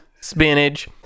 spinach